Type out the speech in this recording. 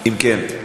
אם כן,